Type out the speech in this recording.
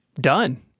Done